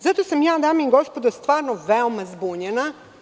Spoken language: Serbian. Zato sam ja, dame i gospodo, stvarno veoma zbunjena.